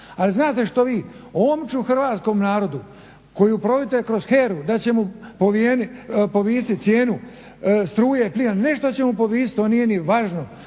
Ali znate što vi, omču hrvatskom narodu koju provite HERA-u da će mu povisit cijenu struje i plina, ne što će mu povisit, to nije ni važno,